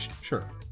Sure